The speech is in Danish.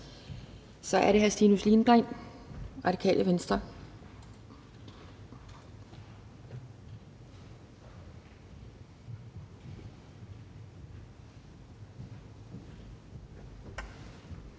Så er det hr. Stinus Lindgreen, Radikale Venstre.